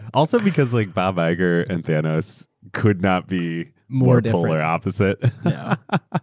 also because like bob iger and thanos could not be more polar opposite. ah